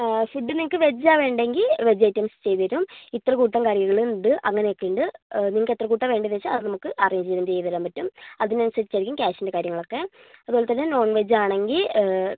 food നിങ്ങൾക്ക് വെജ്ജാ വേണ്ടതെങ്കിൽ വെജ് ഐറ്റംസ് ചെയ്ത് തരും ഇത്ര കൂട്ടം കറികളുണ്ട് അങ്ങനെയൊക്കെ ഉണ്ട് നിങ്ങൾക്ക് എത്ര കൂട്ടം വേണ്ടതെന്നു വെച്ചാൽ അത് നമുക്ക് അറേഞ്ച്മെന്റ് ചെയ്ത് തരാൻ പറ്റും അതിനനുസരിച്ചായിരിക്കും ക്യാഷിൻറെ കാര്യങ്ങളൊക്കെ അതുപോലെത്തന്നെ നോൺ വെജ്ജ് ആണെങ്കിൽ